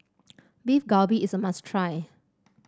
Beef Galbi is a must try